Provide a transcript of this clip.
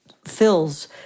fills